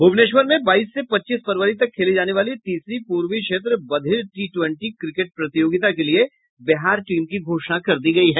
भूवनेश्वर में बाईस से पच्चीस फरवरी तक खेली जाने वाली तीसरी पूर्वी क्षेत्र बधिर टी ट्वेंटी क्रिकेट प्रतियोगिता के लिए बिहार टीम की घोषणा कर दी गयी है